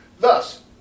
Thus